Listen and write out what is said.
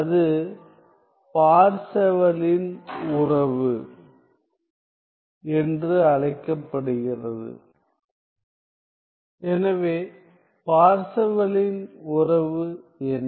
அது பார்செவலின் உறவு Parseval's relation என்று அழைக்கப்படுகிறது எனவே பார்செவலின் உறவு என்ன